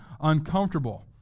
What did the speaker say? uncomfortable